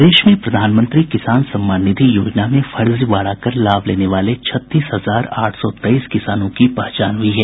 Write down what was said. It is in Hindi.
प्रदेश में प्रधानमंत्री किसान सम्मान निधि योजना में फर्जीवाड़ा कर लाभ लेने वाले छत्तीस हजार आठ सौ तेईस किसानों की पहचान हुई है